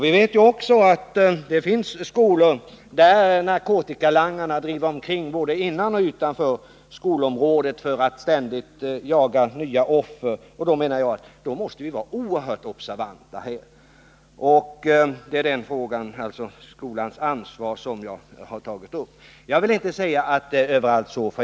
Vi vet att det finns skolor där narkotikalangare driver omkring både innanför och utanför skolområdet för att ständigt jaga nya offer, och då menar jag att vi måste vara oerhört observanta. Och det är alltså frågan om skolans ansvar som jag tagit upp. Jag vill inte säga att förhållandena överallt är som jag beskrivit.